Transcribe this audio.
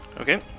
Okay